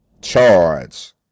charge